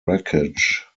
wreckage